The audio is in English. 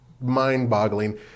mind-boggling